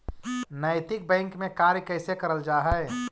नैतिक बैंक में कार्य कैसे करल जा हई